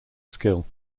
skill